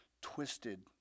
twisted